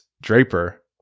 Draper